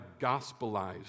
gospelized